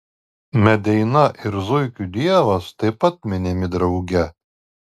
medeina ir zuikių dievas taip pat minimi drauge